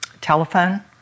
telephone